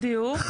בדיוק,